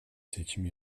seçim